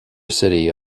city